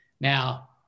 Now